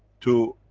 to,